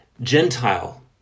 Gentile